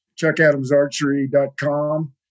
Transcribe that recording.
chuckadamsarchery.com